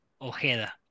Ojeda